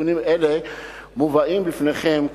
ותיקונים אלה מובאים בפניכם כעת.